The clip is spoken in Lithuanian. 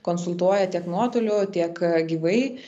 konsultuoja tiek nuotoliu tiek gyvai